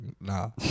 nah